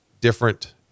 different